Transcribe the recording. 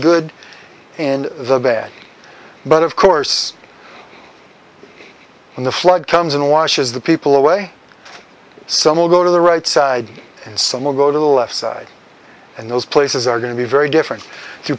good and the bad but of course when the flood comes and washes the people away some will go to the right side and some will go to the left side and those places are going to be very different to